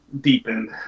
deepened